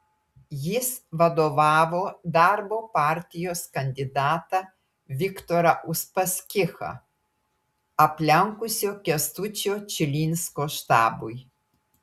jis vadovavo darbo partijos kandidatą viktorą uspaskichą aplenkusio kęstučio čilinsko štabui